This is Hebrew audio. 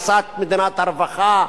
הריסת מדינת הרווחה,